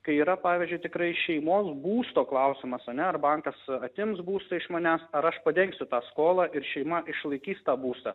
kai yra pavyzdžiui tikrai šeimos būsto klausimas ane ar bankas atims būstą iš manęs ar aš padengsiu tą skolą ir šeima išlaikys tą būstą